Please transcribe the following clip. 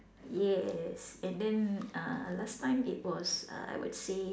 yes and then uh last time it was uh I would say